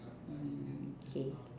okay